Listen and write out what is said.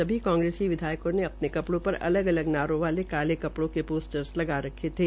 सभी कांग्रसी विधायकों ने अपने कपड़ों पर अलग अलग नारों वाले काले कपड़े के पोस्टर लगा रखे थे